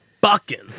Bucking